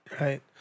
right